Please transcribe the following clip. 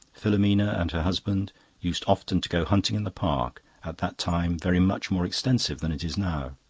filomena and her husband used often to go hunting in the park, at that time very much more extensive than it is now.